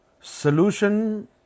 Solution